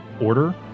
Order